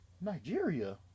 Nigeria